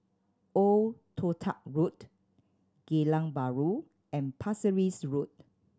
Old Toh Tuck Road Geylang Bahru and Pasir Ris Road